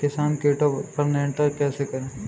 किसान कीटो पर नियंत्रण कैसे करें?